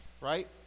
Right